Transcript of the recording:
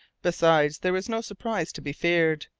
besides, there was no surprise to be feared.